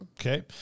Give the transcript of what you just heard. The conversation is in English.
Okay